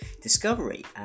Discovery